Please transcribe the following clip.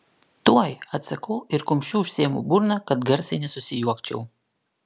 tuoj atsakau ir kumščiu užsiimu burną kad garsiai nesusijuokčiau